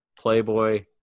Playboy